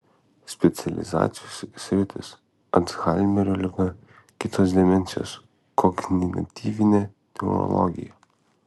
specializacijos sritis alzhaimerio liga kitos demencijos kognityvinė neurologija